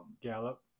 Gallup